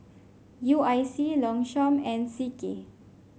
U I C Longchamp and C K